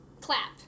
Clap